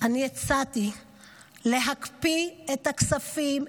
אני הצעתי להקפיא את הכספים,